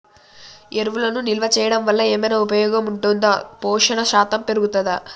ఎరువులను నిల్వ చేయడం వల్ల ఏమైనా ఉపయోగం ఉంటుందా పోషణ శాతం పెరుగుతదా?